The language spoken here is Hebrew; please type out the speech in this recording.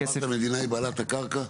המדינה היא בעלת הקרקע?